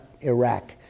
Iraq